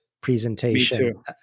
presentation